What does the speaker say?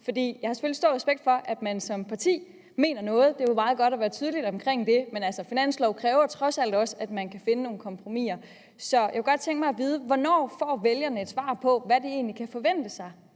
for jeg har selvfølgelig stor respekt for, at man som parti mener noget – det er jo meget godt at være tydelig omkring det – men en finanslov kræver altså trods alt også, at man kan finde nogle kompromiser. Så jeg kunne godt tænke mig at vide: Hvornår får vælgerne et svar på, hvad de egentlig kan forvente sig